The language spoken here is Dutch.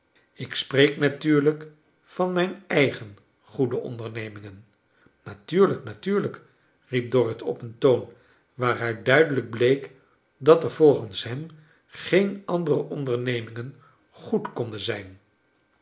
ik spreek natuurlijk van mijn eigen goede ondernemingen natuurlijk natuurlijk riep borrit op een toon waaruit duidelijk bleek dat er volgens hem geen andere ondernemingen good konden zijn